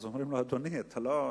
אז אומרים לו: אדוני אתה לא,